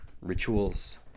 rituals